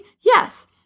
Yes